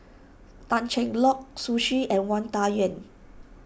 Tan Cheng Lock Zhu Xu and Wang Dayuan